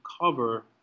cover